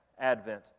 Advent